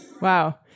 Wow